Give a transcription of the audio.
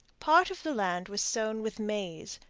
part of the land was sown with maize,